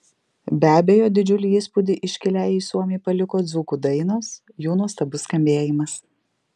be abejo didžiulį įspūdį iškiliajai suomei paliko dzūkų dainos jų nuostabus skambėjimas